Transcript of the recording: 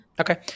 Okay